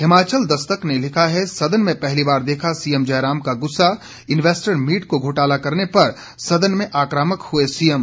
हिमाचल दस्तक ने लिखा है सदन में पहली बार देखा सीएम जयराम का गुस्सा इन्वेस्टर मीट को घोटाला करने पर सदन में आकामक हुए सीएम